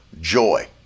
joy